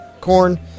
corn